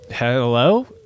Hello